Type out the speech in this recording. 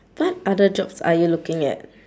what other jobs are you looking at